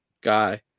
guy